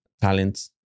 talents